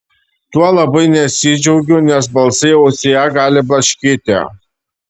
tuo labai nesidžiaugiu nes balsai ausyje gali blaškyti